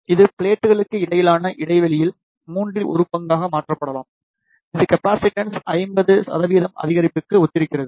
இது ப்ளெட்களுக்கு இடையிலான இடைவெளியில் மூன்றில் ஒரு பங்காக மாற்றப்படலாம் இது கெப்பாசிடன்ஸ் 50 அதிகரிப்புக்கு ஒத்திருக்கிறது